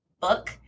book